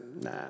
nah